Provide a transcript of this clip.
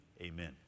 amen